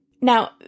now